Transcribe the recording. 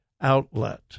Outlet